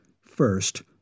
First